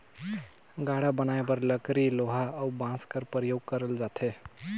गाड़ा बनाए बर लकरी लोहा अउ बाँस कर परियोग करल जाथे